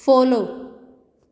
follow